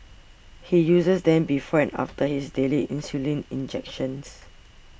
he uses them before and after his daily insulin injections